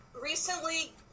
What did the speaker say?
recently